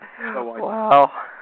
Wow